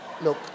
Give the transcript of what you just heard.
look